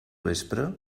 vespre